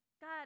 God